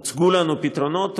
הוצגו לנו פתרונות,